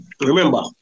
Remember